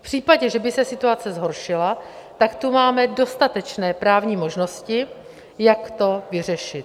V případě, že by se situace zhoršila, tu máme dostatečné právní možnosti, jak to vyřešit.